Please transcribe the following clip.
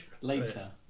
Later